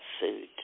food